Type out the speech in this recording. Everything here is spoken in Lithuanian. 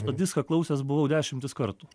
tą diską klausęs buvau dešimtis kartų